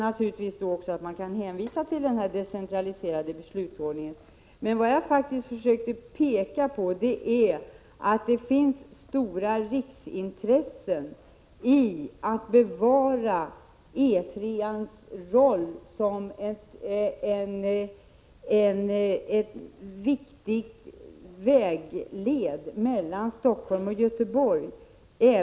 Naturligtvis är det då också möjligt att hänvisa till den decentraliserade beslutsordningen. Vad jag faktiskt försökte peka på är att det ligger stora riksintressen i att för framtiden bevara E 3:ans roll som en viktig vägled mellan Stockholm och Göteborg.